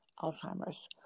Alzheimer's